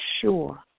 sure